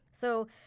So-